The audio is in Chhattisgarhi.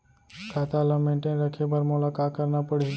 खाता ल मेनटेन रखे बर मोला का करना पड़ही?